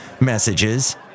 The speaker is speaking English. messages